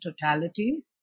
totality